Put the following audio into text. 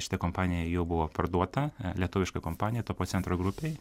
šita kompanija jau buvo parduota lietuviška kompanija topo centro grupei